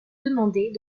demandés